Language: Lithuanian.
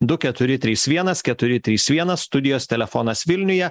du keturi trys vienas keturi trys vienas studijos telefonas vilniuje